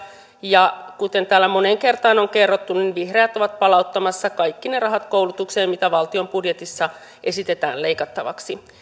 ja kuten täällä moneen kertaan on on kerrottu vihreät on palauttamassa kaikki ne rahat koulutukseen mitä valtion budjetissa esitetään leikattavaksi